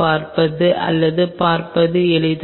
கொள்ளப் போவது இதுதான்